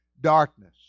darkness